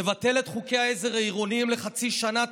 נבטל את חוקי העזר העירוניים לחצי שנה,